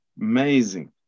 amazing